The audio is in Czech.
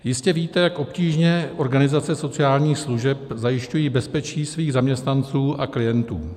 Jistě víte, jak obtížně organizace sociálních služeb zajišťují bezpečí svých zaměstnanců a klientů.